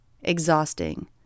exhausting